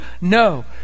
No